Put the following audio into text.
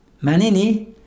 Manini